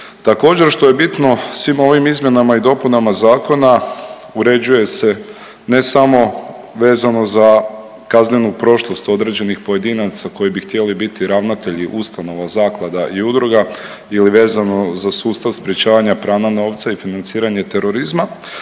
Također što je bitno svim ovim izmjenama i dopunama zakona uređuje se ne samo vezano za kaznenu prošlost određenih pojedinaca koji bi htjeli biti ravnatelji ustanova, zaklada i udruga ili vezano za sustav sprječavanja pranja novca i financiranje terorizma